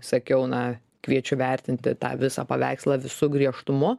sakiau na kviečiu vertinti tą visą paveikslą visu griežtumu